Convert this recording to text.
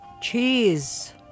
cheese